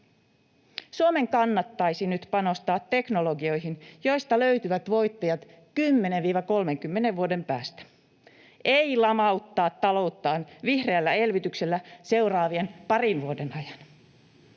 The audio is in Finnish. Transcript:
Suomen kannattaisi nyt panostaa teknologioihin, joista löytyvät voittajat 10—30 vuoden päästä, ei lamauttaa talouttaan vihreällä elvytyksellä seuraavien parin vuoden ajan.